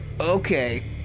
okay